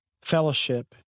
fellowship